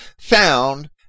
found